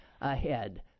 ahead